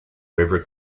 river